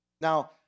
Now